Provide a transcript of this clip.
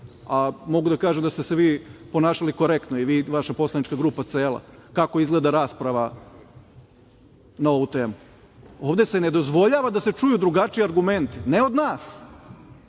a mogu da kažem da ste se vi ponašali korektno, i vi i vaša poslanička grupa cela, kako izgleda rasprava na ovu temu. Ovde se ne dozvoljava da se čuju drugačiji argumenti, ne od nas,